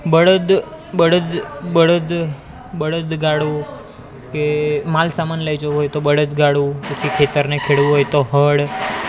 બળદ બળદ બળદ બળદ ગાડુ કે માલસામાન લઈ જવો હોય તો બળદ ગાડું પછી ખેતર ને ખેડવું હોય તો હળ